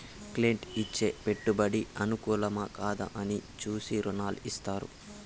client ఇచ్చే పెట్టుబడి అనుకూలమా, కాదా అని చూసి రుణాలు ఇత్తారు